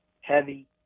heavy